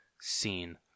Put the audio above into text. scene